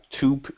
two